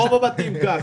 זה ברוב הבתים כך,